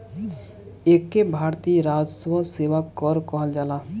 एके भारतीय राजस्व सेवा कर कहल जाला